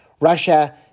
Russia